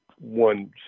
one